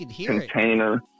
container